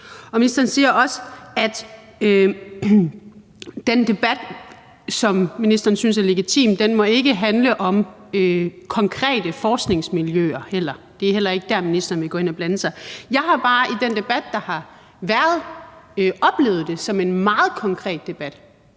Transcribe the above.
Ministeren siger også, at den debat, som ministeren synes er legitim, ikke må handle om konkrete forskningsmiljøer heller; det er heller ikke der, ministeren vil gå ind at blande sig. Jeg har bare i den debat, der har været, oplevet det som en meget konkret debat